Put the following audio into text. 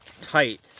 tight